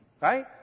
Right